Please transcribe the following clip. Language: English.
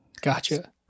Gotcha